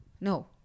No